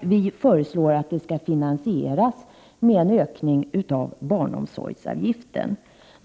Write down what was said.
Vi föreslår dessutom att det skall finansieras med en ökning av barnomsorgsavgiften.